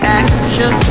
action